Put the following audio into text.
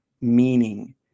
meaning